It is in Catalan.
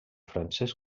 francès